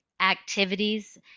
activities